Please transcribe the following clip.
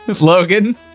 Logan